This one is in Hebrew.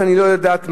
שאני לא יודעת מה,